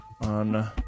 on